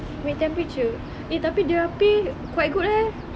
amek eh tapi their pay quite good eh